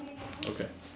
okay